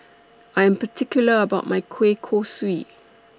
I Am particular about My Kueh Kosui